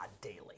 daily